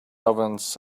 ovens